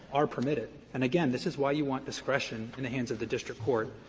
are permitted. and again, this is why you want discretion in the hands of the district court.